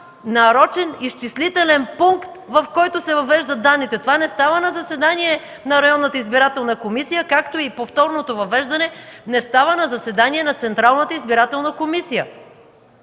нарочен изчислителен пункт, в който се въвеждат данните. Това не става на заседание на районната избирателна комисия, както и повторното въвеждане не става на заседание на Централната избирателна комисия.